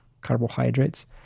carbohydrates